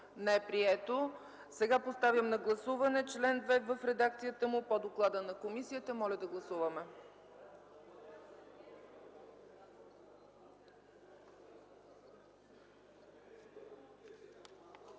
не е прието. Сега поставям на гласуване чл. 2 в редакцията му по доклада на комисията. Отменете гласуването.